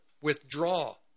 withdraw